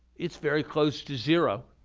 it's very close to zero,